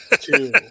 two